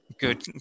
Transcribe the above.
good